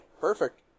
perfect